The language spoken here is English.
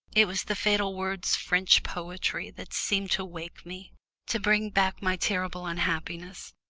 it was the fatal words french poetry that seemed to awake me to bring back my terrible unhappiness,